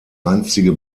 einstige